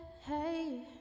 Hey